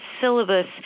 syllabus